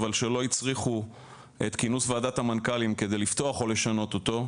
אבל שלא הצריכו את כינוס ועדת המנכ"לים כדי לפתוח או לשנות אותו.